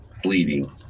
bleeding